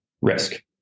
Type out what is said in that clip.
risk